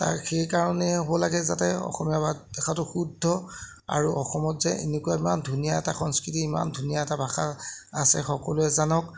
তাৰ সেইকাৰণে হ'ব লাগে যাতে অসমীয়া ভাষাটো শুদ্ধ আৰু অসমত যে এনেকুৱা ইমান ধুনীয়া এটা সংস্কৃতি ইমান ধুনীয়া এটা ভাষা আছে সকলোৱে জানক